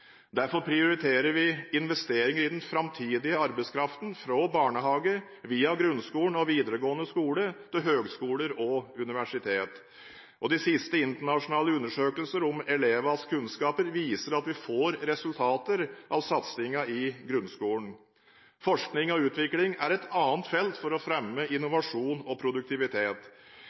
Derfor prioriterer vi investering i den framtidige arbeidskraften, fra barnehage via grunnskole og videregående skole til høyskoler og universitet. De siste internasjonale undersøkelser om elevenes kunnskaper viser at vi får resultater av satsingen i grunnskolen. Forskning og utvikling er et annet felt for å fremme innovasjon og produktivitet.